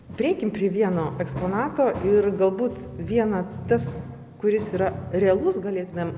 prieikim prie vieno eksponato ir galbūt viena tas kuris yra realus galėtumėm